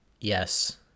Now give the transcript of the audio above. Yes